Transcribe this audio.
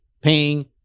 paying